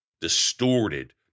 distorted